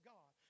God